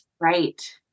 Right